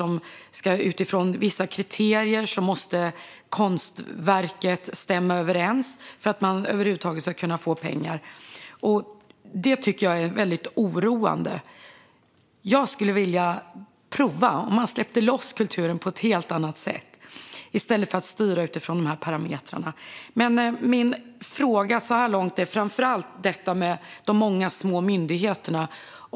Konstverket måste stämma överens med vissa kriterier för att man över huvud taget ska kunna få pengar. Detta tycker jag är väldigt oroande. Jag skulle vilja prova en sak. Tänk om man kunde släppa loss kulturen på ett helt annat sätt i stället för att styra utifrån dessa parametrar. Min fråga så här långt gäller framför allt de många små myndigheterna.